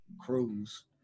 Cruise